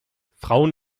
frauen